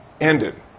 ended